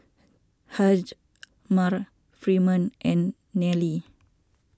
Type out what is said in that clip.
Hjalmar Freeman and Nelie